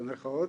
במרכאות,